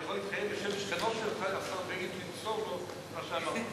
אני יכול להתחייב בשם שכנו של השר בגין שימסור לו את מה שאמרת.